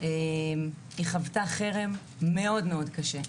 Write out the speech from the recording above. היא חוותה חרם מאוד מאוד קשה.